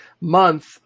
month